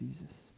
Jesus